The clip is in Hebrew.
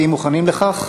המציעים מוכנים לכך?